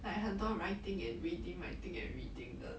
like 很多 writing and reading writing and reading 的